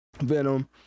Venom